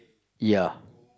ya